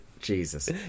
Jesus